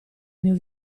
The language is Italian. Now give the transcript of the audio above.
mio